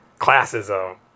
classism